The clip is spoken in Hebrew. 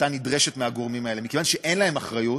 נדרשת מהגורמים האלה, ומכיוון שאין להם אחריות,